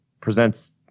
presents